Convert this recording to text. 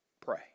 pray